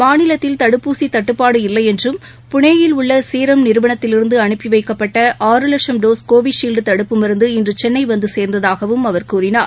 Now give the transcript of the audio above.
மாநிலத்தில் தடுப்பூசிதட்டுப்பாடு இல்லையென்றும் புனேயில் உள்ளசீரம் கோவிஷீல்ட் நிறுவனத்திலிருந்துஅனுப்பிவைக்கப்பட்ட லட்சம் டோஸ் தடுப்பு மருந்த இன்றுசென்னைவந்துசேர்ந்ததாகவும் அவர் கூறினார்